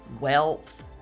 wealth